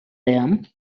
them